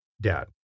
Dad